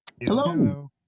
Hello